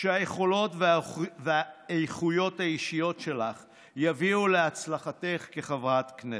שהיכולות והאיכויות האישיות שלך יביאו להצלחתך כחברת כנסת.